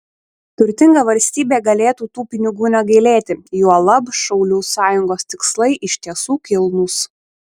turtinga valstybė galėtų tų pinigų negailėti juolab šaulių sąjungos tikslai iš tiesų kilnūs